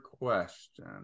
question